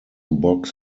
box